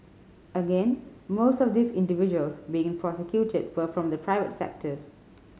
again most of these individuals being prosecuted were from the private sectors